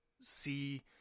see